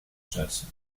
statt